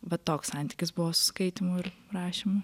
va toks santykis buvo skaitymu ir rašymu